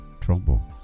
trouble